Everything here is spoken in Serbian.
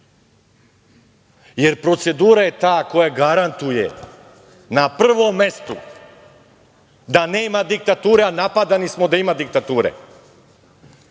Procedura je ta koja garantuje, na prvom mestu, da nema diktature a napadani smo da ima diktature.